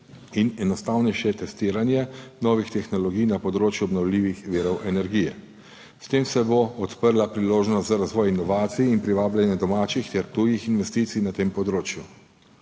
in enostavnejše testiranje novih tehnologij na področju obnovljivih virov energije. S tem se bo odprla priložnost za razvoj inovacij in privabljanje domačih ter tujih investicij na tem področju.